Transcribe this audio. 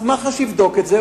אז מח"ש יבדוק את זה.